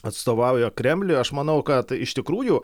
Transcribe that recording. atstovauja kremliui aš manau kad iš tikrųjų